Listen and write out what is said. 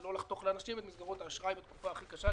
ולא לחתוך לאנשים את מסגרות האשראי בתקופה הכי קשה,